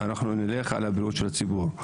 נלך על בריאות הציבור.